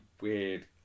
weird